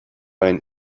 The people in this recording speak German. ein